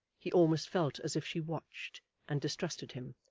he almost felt as if she watched and distrusted him.